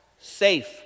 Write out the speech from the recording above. Safe